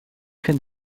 vind